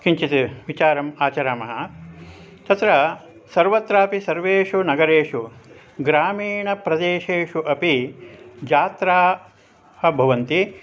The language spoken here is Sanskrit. किञ्चित् विचारम् आचरामः तत्र सर्वत्रापि सर्वेषु नगरेषु ग्रामीणप्रदेशेषु अपि जात्राः भवन्ति